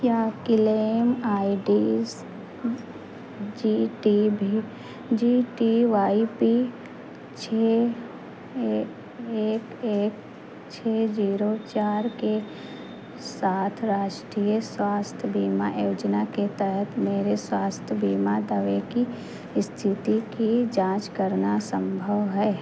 क्या claim I D G T भी G T Y P छः एक एक छः जीरो चार के साथ राष्ट्रीय स्वास्थ्य बीमा योजना के तहत मेरे स्वास्थ्य बीमा दावे की स्थिति की जाँच करना सम्भव है